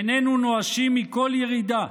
איננו נואשים מכל ירידה,